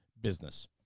business